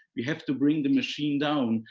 we have to bring the machine down.